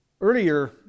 Earlier